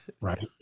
right